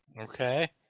Okay